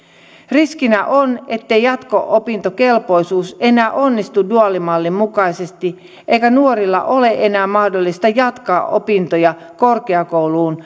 riskinä on ettei jatko opintokelpoisuus enää onnistu duaalimallin mukaisesti eikä nuorilla ole enää mahdollisuutta jatkaa opintoja korkeakouluun